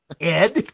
Ed